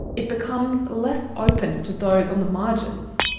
it becomes less open to those on the margins,